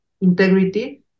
integrity